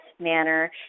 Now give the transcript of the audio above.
manner